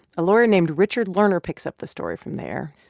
a lawyer named richard lerner picks up the story from there.